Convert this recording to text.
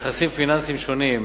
בנכסים פיננסיים שונים,